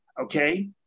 okay